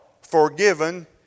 forgiven